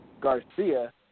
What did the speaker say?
Garcia